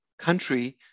country